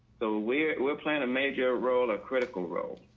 so we're we're playing a major role or critical role.